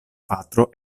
patro